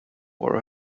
war